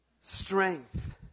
strength